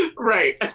right.